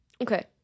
Okay